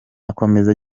akomeza